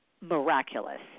miraculous